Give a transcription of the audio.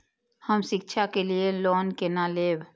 हम शिक्षा के लिए लोन केना लैब?